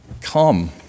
Come